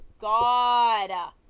god